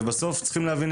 אבל בסוף צריכים להבין,